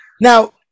now